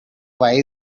why